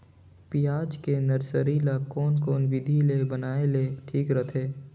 पियाज के नर्सरी ला कोन कोन विधि ले बनाय ले ठीक रथे?